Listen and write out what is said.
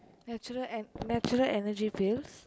natural and natural Energy Pills